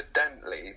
Evidently